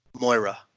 Moira